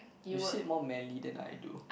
you said more manly than I do